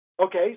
Okay